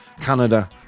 Canada